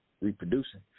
reproducing